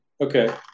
Okay